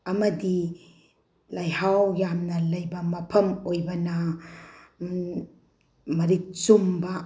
ꯑꯃꯗꯤ ꯂꯩꯍꯥꯎ ꯌꯥꯝꯅ ꯂꯩꯕ ꯃꯐꯝ ꯑꯣꯏꯕꯅ ꯃꯔꯤꯛ ꯆꯨꯝꯕ